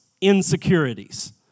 insecurities